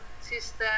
system